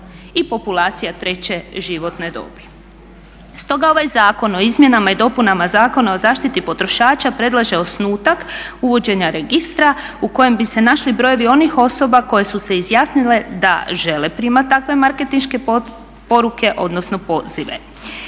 i populacija treće životne dobi. Stoga ovaj Zakon o izmjenama i dopunama Zakona o zaštiti potrošača predlaže osnutak uvođenja registra u kojem bi se našli brojevi onih osoba koje su se izjasnile da žele primati takve marketinške poruke odnosno pozive.